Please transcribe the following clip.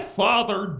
father